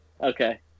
okay